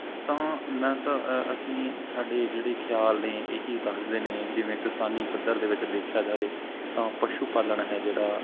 ਤਾਂ ਮੈਂ ਤਾਂ ਅ ਅਸੀਂ ਸਾਡੇ ਜਿਹੜੇ ਖਿਆਲ ਨੇ ਇਹੀ ਦੱਸਦੇ ਨੇ ਜਿਵੇਂ ਕਿਸਾਨੀ ਪੱਧਰ ਦੇ ਵਿੱਚ ਦੇਖਿਆ ਜਾਵੇ ਤਾਂ ਪਸ਼ੂ ਪਾਲਣ ਹੈ ਜਿਹੜਾ